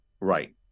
Right